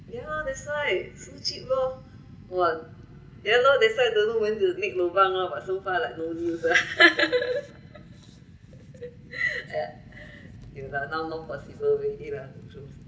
ya that's why so cheap loh !wah! ya loh that's why don't know when they will make lobang lah but so far like no new news lah ya now no possible way it lah true